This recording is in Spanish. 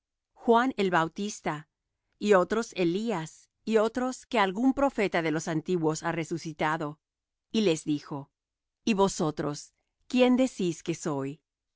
juan el bautista y otros elías y otros que algún profeta de los antiguos ha resucitado y les dijo y vosotros quién decís que soy